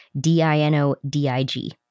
D-I-N-O-D-I-G